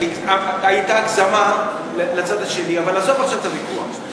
הייתה הגזמה לצד השני, אבל עזוב עכשיו את הוויכוח.